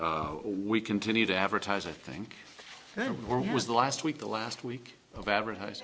we continue to advertise i think there was the last week the last week of advertising